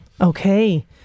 Okay